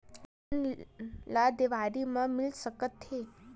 ऋण ला देवारी मा मिल सकत हे